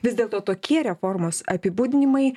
vis dėlto tokie reformos apibūdinimai